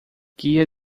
guia